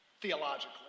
theologically